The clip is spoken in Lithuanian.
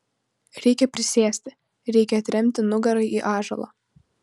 reikia prisėsti reikia atremti nugarą į ąžuolą